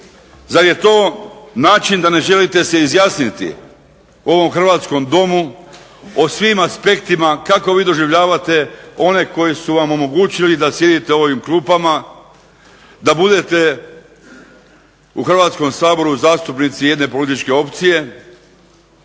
zar je to način da se ne želite izjasniti u ovom hrvatskom Domu o svim aspektima kako vi doživljavate one koji su vam omogućili da sjedite u ovim klupama, da budete u Hrvatskom saboru zastupnici jedne političke opcije